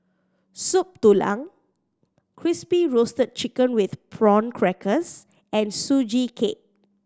Soup Tulang Crispy Roasted Chicken with Prawn Crackers and Sugee Cake